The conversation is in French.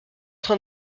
train